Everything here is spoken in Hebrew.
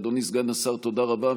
אדוני סגן השר, תודה רבה.